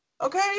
Okay